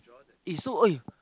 eh so eh